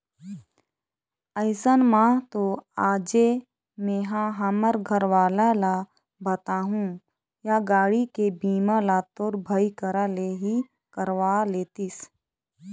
अइसन म तो आजे मेंहा हमर घरवाला ल बताहूँ या गाड़ी के बीमा ल तोर भाई करा ले ही करवा लेतिस